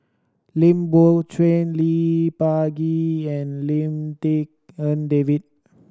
Lim Biow Chuan Lee Peh Gee and Lim Tik En David